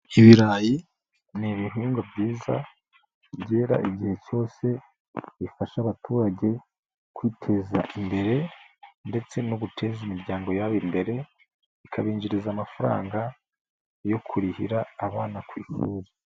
Ibirayi ni ibihingwa byiza byera igihe cyose bifasha abaturage kwiteza imbere ndetse no guteza imiryango yabo imbere bikabinjiriza amafaranga yo kurihira abana ku ishuri.